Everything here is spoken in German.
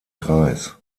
kreis